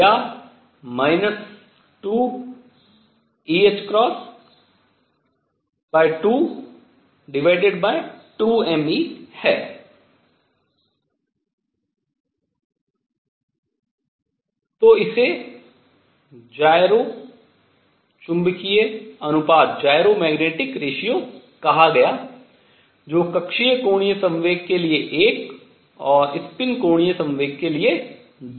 तो इसे जाइरो चुंबकीय अनुपात कहा गया जो कक्षीय कोणीय संवेग के लिए 1 और स्पिन कोणीय संवेग के लिए 2 होता है